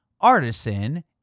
artisan